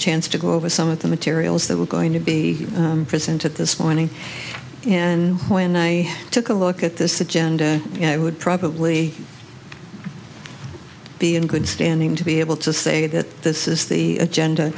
chance to go over some of the materials that were going to be presented this morning and when i took a look at this agenda i would probably be in good standing to be able to say that this is the agenda